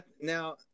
now